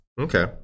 Okay